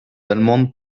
allemandes